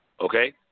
okay